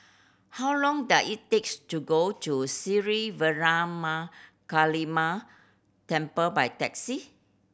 how long does it takes to go to Sri Veeramakaliamman Temple by taxi